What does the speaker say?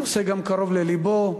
הנושא גם קרוב ללבו,